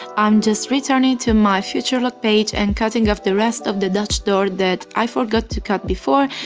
i'm just returning to my future log page and cutting off the rest of the dutch door that i forgot to cut before,